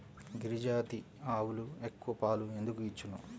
గిరిజాతి ఆవులు ఎక్కువ పాలు ఎందుకు ఇచ్చును?